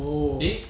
oh